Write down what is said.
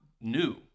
new